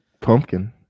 Pumpkin